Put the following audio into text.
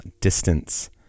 Distance